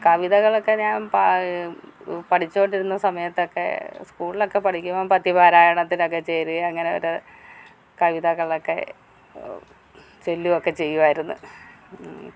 കവിതകളൊക്കെ ഞാൻ പഠിച്ചുകൊണ്ടിരുന്ന സമയത്തൊക്കെ സ്കൂളിലൊക്കെ പഠിക്കുമ്പം പദ്യപാരായണത്തിനൊക്കെ ചേരുകയും അങ്ങനെയൊരോ കവിതകളൊക്കെ ചൊല്ലുകയൊക്കെ ചെയ്യുമായിരുന്നു